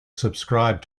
subscribe